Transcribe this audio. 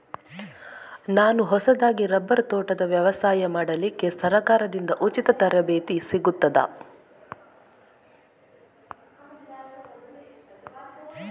ನಾನು ಹೊಸದಾಗಿ ರಬ್ಬರ್ ತೋಟದ ವ್ಯವಸಾಯ ಮಾಡಲಿಕ್ಕೆ ಸರಕಾರದಿಂದ ಉಚಿತ ತರಬೇತಿ ಸಿಗುತ್ತದಾ?